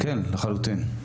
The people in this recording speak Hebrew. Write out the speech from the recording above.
כן, לחלוטין.